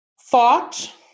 Thought